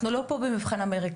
אנחנו לא פה במבחן אמריקאי,